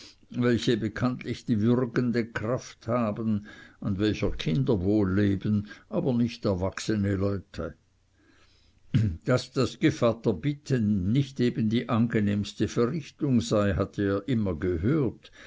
welche bekanntlich die würgende kraft haben an welcher kinder wohl leben aber nicht erwachsene leute daß das gevatterbitten nicht eben die angenehmste verrichtung sei hatte er immer gehört